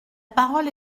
parole